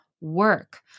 work